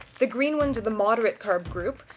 the green ones of the moderate carb group.